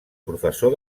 professor